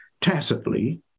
tacitly